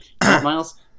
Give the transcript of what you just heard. Miles